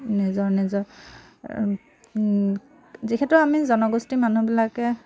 নিজৰ নিজৰ যিহেতু আমি জনগোষ্ঠীৰ মানুহবিলাকে